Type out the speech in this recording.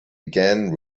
again